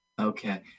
Okay